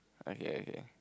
okay okay